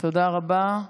תודה רבה.